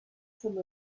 some